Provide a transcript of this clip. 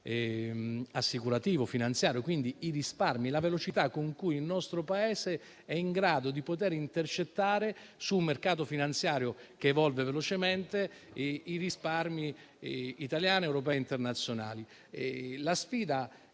assicurativo e finanziario, quindi i risparmi. È importante la velocità con cui il nostro Paese è in grado di intercettare, su un mercato finanziario che evolve velocemente, i risparmi italiani, europei e internazionali. Questo